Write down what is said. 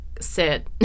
sit